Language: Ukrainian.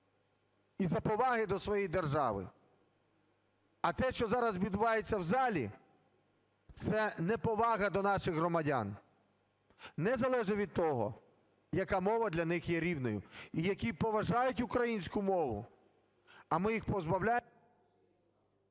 із-за поваги до своєї держави. А те, що зараз відбувається в залі, це неповага до наших громадян, незалежно від того, яка мова для них є рідною, і які поважають українську мову, а ми їх позбавляємо…